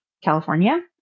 California